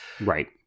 right